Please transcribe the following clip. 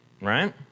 right